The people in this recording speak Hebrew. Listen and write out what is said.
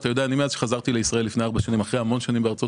מאז שחזרתי לישראל אחרי המון שנים בארצות